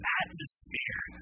atmosphere